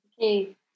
Okay